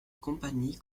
compagnie